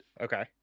okay